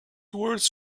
words